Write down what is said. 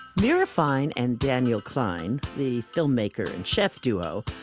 mirra fine and daniel klein, the filmmaker and chef duo